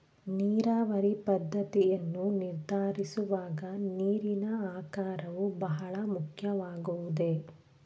ನೀರಾವರಿ ಪದ್ದತಿಯನ್ನು ನಿರ್ಧರಿಸುವಾಗ ನೀರಿನ ಆಕಾರವು ಬಹಳ ಮುಖ್ಯವಾಗುವುದೇ?